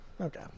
okay